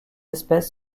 espèce